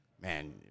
man